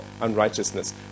unrighteousness